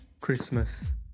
Christmas